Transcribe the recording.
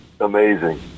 amazing